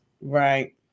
Right